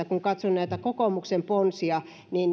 kun katson näitä kokoomuksen ponsia niin